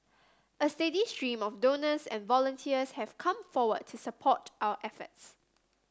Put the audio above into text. a steady stream of donors and volunteers has come forward to support our efforts